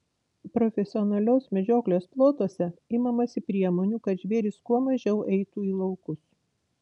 profesionalios medžioklės plotuose imamasi priemonių kad žvėrys kuo mažiau eitų į laukus